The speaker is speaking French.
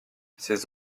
ses